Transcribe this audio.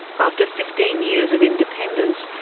after fifteen years of independence,